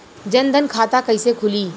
जनधन खाता कइसे खुली?